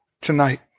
Tonight